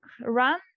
run